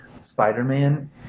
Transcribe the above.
Spider-Man